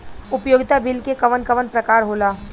उपयोगिता बिल के कवन कवन प्रकार होला?